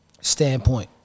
standpoint